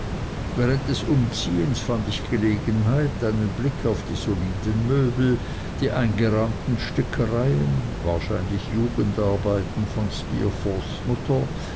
während des umziehens fand ich gelegenheit einen blick auf die soliden möbel die eingerahmten stickereien wahrscheinlich jugendarbeiten von steerforths mutter